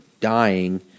dying